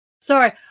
Sorry